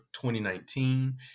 2019